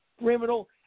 criminal